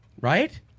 Right